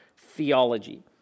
theology